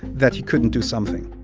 that he couldn't do something